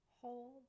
hold